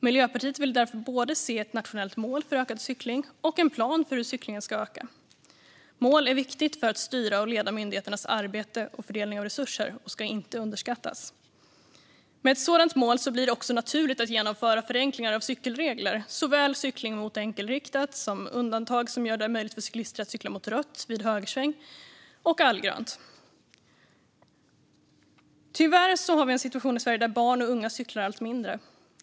Miljöpartiet vill därför se både ett nationellt mål för ökad cykling och en plan för hur cyklingen ska öka. Mål är viktigt för att styra och leda myndigheternas arbete och fördelning av resurser och ska inte underskattas. Med ett sådant mål blir det också naturligt att genomföra förenklingar av cykelregler, såväl för cykling mot enkelriktat som för undantag som gör det möjligt för cyklister att cykla mot rött vid högersväng och allgrönt. Tyvärr har vi en situation i Sverige där barn och unga cyklar allt mindre.